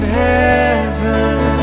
heaven